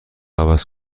عوض